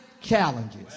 challenges